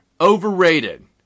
overrated